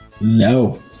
No